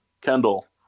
Kendall